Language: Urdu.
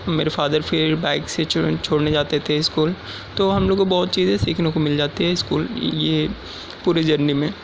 میرے فادر پھر بائک سے چھوڑنے جاتے تھے اسکول تو ہم لوگ کو بہت چیزیں سیکھنے کو مل جاتی ہے اسکول یہ پورے جرنی میں